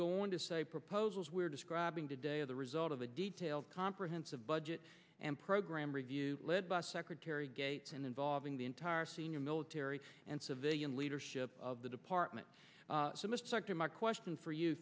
on to say proposals we're describing today are the result of a detailed comprehensive budget and program review by secretary gates and involving the entire senior military and civilian leadership of the department so must start to my question for you